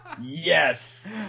Yes